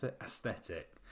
aesthetic